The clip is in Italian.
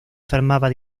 fermava